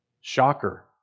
shocker